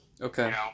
Okay